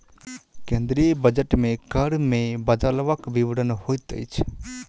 केंद्रीय बजट मे कर मे बदलवक विवरण होइत अछि